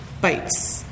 Bites